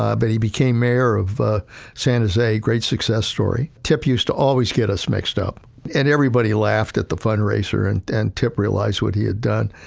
ah but he became mayor of ah san jose great success story. tip used to always get us mixed up and everybody laughed at the fundraiser. and and tip realized what he had done.